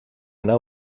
know